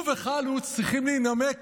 "הוא וחלוץ צריכים להינמק